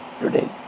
today